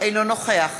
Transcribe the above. אינו נוכח